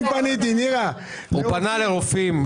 פניתי לרופאים.